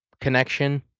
connection